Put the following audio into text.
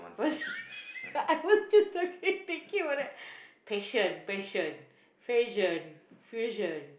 I was just talking thinking about that fusion fusion fusion fusion